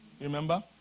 remember